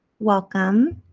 welcome!